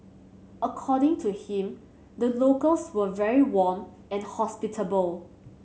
according to him the locals were very warm and hospitable